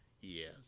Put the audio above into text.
Yes